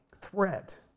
threat